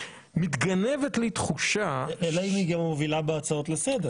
מתגנבת לי תחושה --- אלא אם היא מובילה בהצעות לסדר.